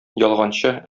ялганчы